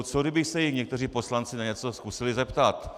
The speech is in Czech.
Co kdyby se jich někteří poslanci na něco zkusili zeptat?